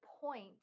point